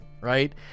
right